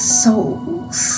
souls